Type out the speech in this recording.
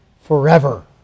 forever